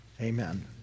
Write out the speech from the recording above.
amen